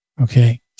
Okay